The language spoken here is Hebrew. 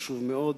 חשוב מאוד.